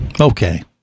Okay